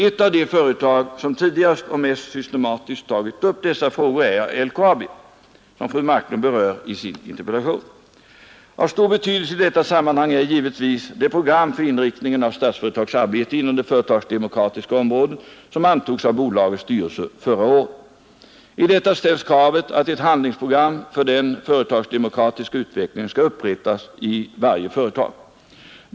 Ett av de företag som tidigast och mest systematiskt tagit upp dessa frågor är LKAB, som fru Marklund berör i sin interpellation. Av stor betydelse i detta sammanhang är givetvis det program för inriktningen av Statsföretags arbete inom det företagsdemokratiska området som antogs av bolagets styrelse förra året. I detta ställs kravet att ett handlingsprogram för den företagsdemokratiska utvecklingen skall upprättas i varje företag.